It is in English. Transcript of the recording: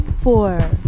four